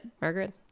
Margaret